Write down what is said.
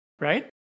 Right